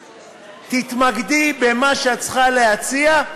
תתמקדי במה שאת צריכה להציע,